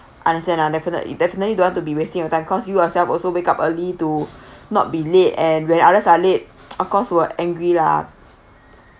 understand ah definitely definitely don't want to be wasting your time cause you yourself also wake up early to not be late and when others are late of course will angry lah